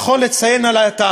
כי זה נכון לציין את העבר,